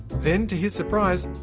then, to his surprise,